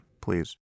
please